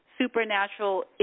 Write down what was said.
supernatural